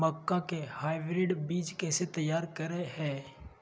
मक्का के हाइब्रिड बीज कैसे तैयार करय हैय?